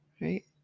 right